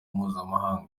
mpuzamahanga